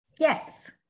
Yes